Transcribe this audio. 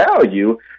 value